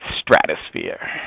stratosphere